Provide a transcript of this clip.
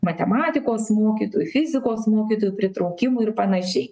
matematikos mokytojų fizikos mokytojų pritraukimų ir panašiai